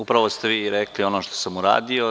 Upravo ste vi rekli ono što sam uradio.